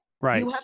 Right